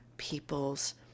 people's